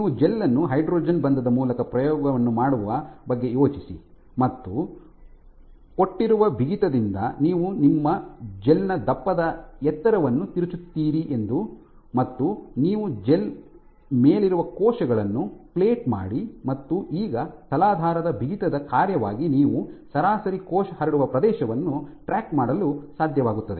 ನೀವು ಜೆಲ್ ಅನ್ನು ಹೈಡ್ರೋಜನ್ ಬಂಧದ ಮೂಲಕ ಪ್ರಯೋಗವನ್ನು ಮಾಡುವ ಬಗ್ಗೆ ಯೋಚಿಸಿ ಮತ್ತು ಸಮಯ 1903 ನೋಡಿ ಕೊಟ್ಟಿರುವ ಬಿಗಿತದಿಂದ ಮತ್ತು ನೀವು ಜೆಲ್ನ ದಪ್ಪದ ಎತ್ತರವನ್ನು ತಿರುಚುತ್ತೀರಿ ಮತ್ತು ನೀವು ಜೆಲ್ನ ಮೇಲಿರುವ ಕೋಶಗಳನ್ನು ಪ್ಲೇಟ್ ಮಾಡಿ ಮತ್ತು ಈಗ ತಲಾಧಾರದ ಬಿಗಿತದ ಕಾರ್ಯವಾಗಿ ನೀವು ಸರಾಸರಿ ಕೋಶ ಹರಡುವ ಪ್ರದೇಶವನ್ನು ಟ್ರ್ಯಾಕ್ ಮಾಡಲು ಸಾಧ್ಯವಾಗುತ್ತದೆ